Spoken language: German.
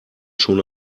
schon